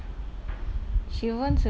but she don't care about her height ah